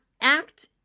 act